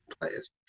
players